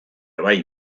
bai